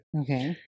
okay